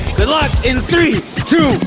good luck, in three, two,